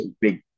big